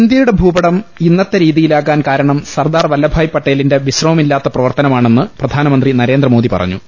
ഇന്ത്യയുടെ ഭൂപടം ഇന്നത്തെ രീതിയിലാകാൻ കാരണം സർദാർ വല്ലഭായ് പട്ടേലിന്റെ വിശ്രമമില്ലാത്ത പ്രവർത്തനമാണെന്ന് പ്രധാനമന്ത്രി നരേന്ദ്രമോദി പറഞ്ഞു